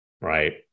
right